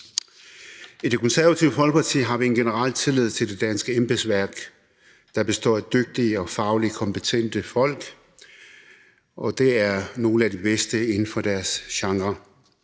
I Det Konservative Folkeparti har vi en generel tillid til det danske embedsværk, der består af dygtige og fagligt kompetente folk, og de er nogle af de bedste inden for deres genre.